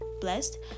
blessed